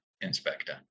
inspector